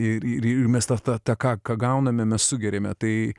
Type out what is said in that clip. ir ir ir mes tą tą ką ką gauname mes sugeriame tai